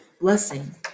blessing